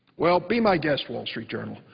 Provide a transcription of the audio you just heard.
well, be my guest, wall street journal,